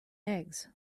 eggs